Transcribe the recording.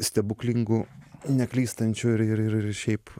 stebuklingų neklystančių ir ir ir šiaip